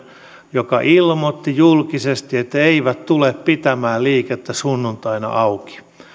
joka ilmoitti julkisesti että eivät tule pitämään liikettä sunnuntaina auki